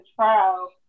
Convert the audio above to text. trial